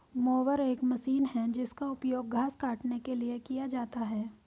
mower एक machine है जिसका उपयोग घास काटने के लिए किया जाता है